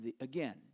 again